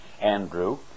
Andrew